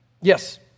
Yes